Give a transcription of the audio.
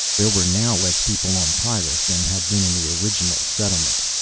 there were now less people on pyrrus than had been in the original settlement.